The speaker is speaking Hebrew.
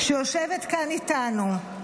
שיושבת כאן איתנו.